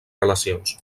relacions